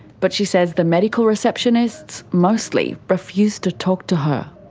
but she says the medical receptionists mostly refused to talk to her.